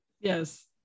Yes